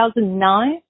2009